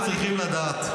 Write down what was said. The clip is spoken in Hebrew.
בגלל זה אני נגד ביבי.